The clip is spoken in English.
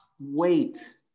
wait